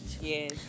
Yes